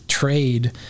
trade